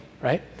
right